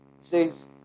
says